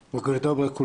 שלום.